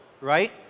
right